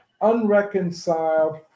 unreconciled